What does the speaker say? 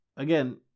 Again